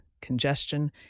congestion